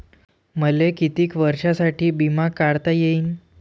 मले कितीक वर्षासाठी बिमा काढता येईन?